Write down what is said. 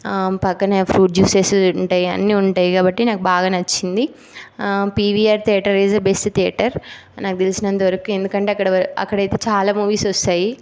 ఆ పక్కనే fruit juices ఉంటాయి అన్నీ ఉంటాయి కాబట్టి నాకు బాగా నచ్చింది PVR theatre is a best theatre నాకు తెలిసినంతవరకు ఎందుకంటే అక్కడ అక్కడైతే మంచి మూవీస్ వస్తాయి